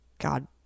God